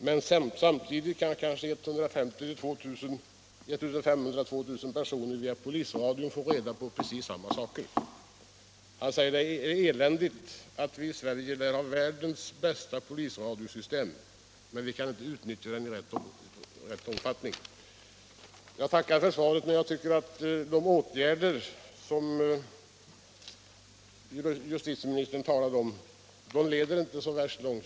Men samtidigt kan kanske 1 500-2 000 privatpersoner via polisradion få reda på precis samma saker! Det är egentligen eländigt att vi i Sverige lär ha världens bästa polisradio — system 70 — och att vi sedan inte skall kunna utnyttja den i full utsträckning!” Jag tackar för svaret, men jag tycker att de åtgärder som justitieministern talar om inte leder så värst långt.